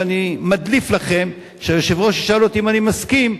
ואני מדליף לכם שכשהיושב-ראש ישאל אותי אם אני מסכים,